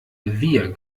wir